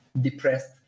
depressed